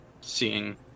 seeing